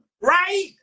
Right